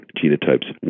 genotypes